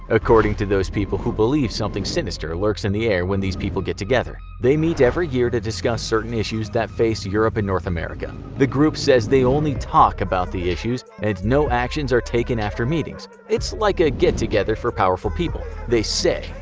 according to those people who believe something sinister lurks in the air when these people get together. they meet every year to discuss certain issues that face europe and north america. the group says they only talk about issues, and no actions are taken after meetings. it's like a get together for powerful people, they say,